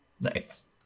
Nice